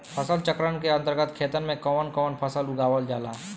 फसल चक्रण के अंतर्गत खेतन में कवन कवन फसल उगावल जाला?